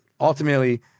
ultimately